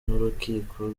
n’urukiko